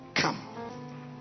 Come